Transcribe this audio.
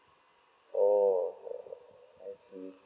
okay I see